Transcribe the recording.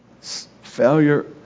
Failure